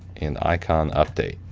and icon update.